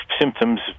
symptoms